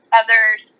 others